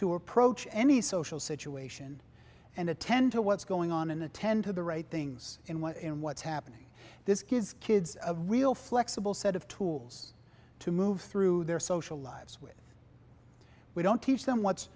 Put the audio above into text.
to approach any social situation and attend to what's going on and attend to the right things in what and what's happening this gives kids a real flexible set of tools to move through their social lives with we don't teach them what